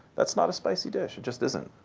that's not a spicy dish. it just isn't.